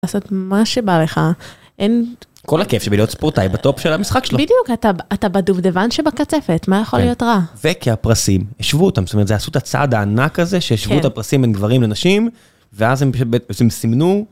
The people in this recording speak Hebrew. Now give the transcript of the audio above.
לעשות מה שבא לך, אין... כל הכיף שבלהיות ספורטאי בטופ של המשחק שלו. בדיוק אתה בדובדבן שבקצפת, מה יכול להיות רע. וכי הפרסים, השוו אותם. זאת אומרת עשו את הצעד הענק הזה שהשוו את הפרסים בין גברים לנשים. ואז הם בעצם סימנו